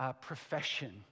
profession